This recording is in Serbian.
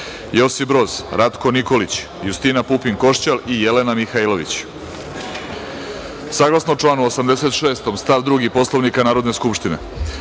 Josip Broz, Ratko Nikolić, Justina Pupin Košćal, Jelena Mihailović. Saglasno članu 86. stav 2. Poslovnika Narodne skupštine,